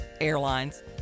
airlines